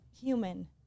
human